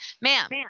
Ma'am